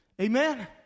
Amen